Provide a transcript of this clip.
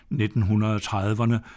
1930'erne